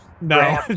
No